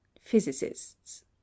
physicists